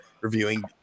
reviewing